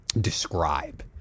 describe